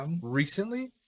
recently